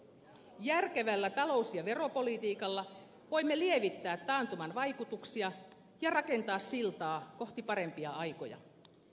järkevällä talous ja veropolitiikalla voimme lievittää taantuman vaikutuksia ja rakentaa siltaa kohti parempia aikoja